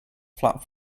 flap